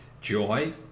joy